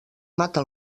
mata